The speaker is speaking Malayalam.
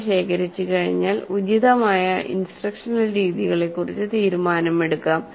ഡാറ്റ ശേഖരിച്ചുകഴിഞ്ഞാൽ ഉചിതമായ ഇൻസ്ട്രക്ഷണൽ രീതികളെക്കുറിച്ച് തീരുമാനമെടുക്കാം